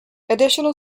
additional